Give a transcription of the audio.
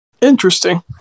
Interesting